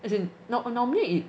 as in normally it